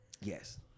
Yes